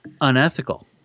unethical